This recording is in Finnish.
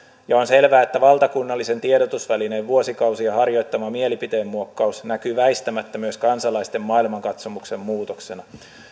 ja on selvää että valtakunnallisen tiedotusvälineen vuosikausia harjoittama mielipiteenmuokkaus näkyy väistämättä myös kansalaisten maailmankatsomuksen muutoksena